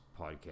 podcast